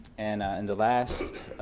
and and the last